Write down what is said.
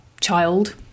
child